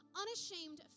unashamed